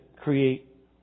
create